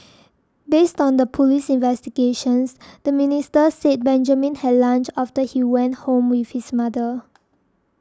based on the police investigations the minister said Benjamin had lunch after he went home with his mother